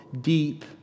deep